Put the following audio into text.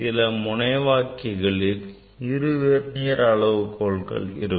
சில முனைவாக்கிகளில் இரு வெர்னியர் அளவுகோல்கள் இருக்கும்